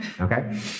okay